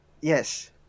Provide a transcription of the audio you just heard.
Yes